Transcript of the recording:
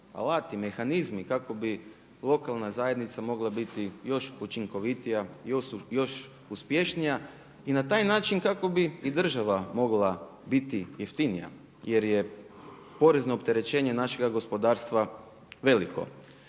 mehanizmi kako bi lokalna zajednica mogla biti još učinkovitija, još uspješnija. I na taj način kako bi i država mogla biti jeftinija, jer je porezno opterećenje našega gospodarstva veliko.